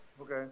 Okay